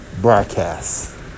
broadcast